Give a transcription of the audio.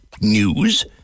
news